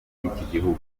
igihugu